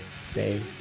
stay